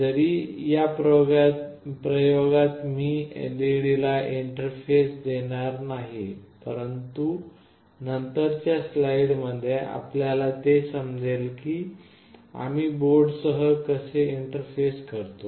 जरी या प्रयोगात मी LED ला इंटरफेस देणार नाही परंतु त्यानंतरच्या स्लाइड्स मध्ये आपल्याला ते समजेल की आम्ही बोर्डसह कसे इंटरफेस करतो